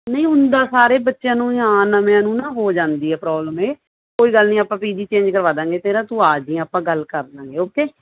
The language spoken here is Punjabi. ਨਹੀਂ ਹੁੰਦਾ ਸਾਰੇ ਬੱਚਿਆਂ ਨੂੰ ਆ ਨਵਿਆਂ ਨੂੰ ਨਾ ਹੋ ਜਾਂਦੀ ਹੈ ਪ੍ਰੋਬਲਮ ਇਹ ਕੋਈ ਗੱਲ ਨਹੀਂ ਆਪਾਂ ਪੀ ਜੀ ਚੇਂਜ ਕਰਵਾ ਦਵਾਂਗੇ ਤੇਰਾ ਤੂੰ ਆ ਜਾਈਂ ਆਪਾਂ ਗੱਲ ਕਰ ਦਵਾਂਗੇ ਓਕੇ